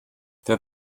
der